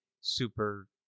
super